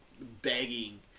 begging